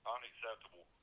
Unacceptable